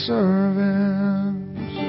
servants